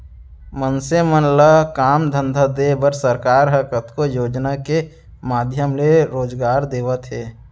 मनसे मन ल काम धंधा देय बर सरकार ह कतको योजना के माधियम ले रोजगार देवत हे